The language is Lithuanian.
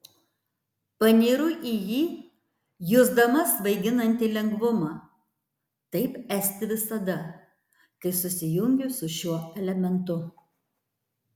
panyru į jį jusdama svaiginantį lengvumą taip esti visada kai susijungiu su šiuo elementu